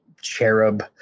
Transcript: cherub